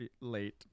late